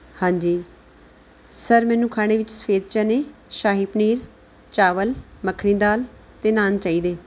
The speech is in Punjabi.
ਹਾਂਜੀ ਸਰ ਮੈਨੂੰ ਖਾਣੇ ਵਿੱਚ ਸਫੇਦ ਚਨੇ ਸ਼ਾਹੀ ਪਨੀਰ ਚਾਵਲ ਮੱਖਣੀ ਦਾਲ ਅਤੇ ਨਾਨ ਚਾਹੀਦੇ